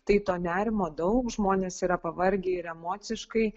tai to nerimo daug žmonės yra pavargę ir emociškai